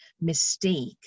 mistake